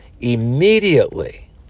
immediately